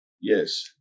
Yes